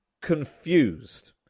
confused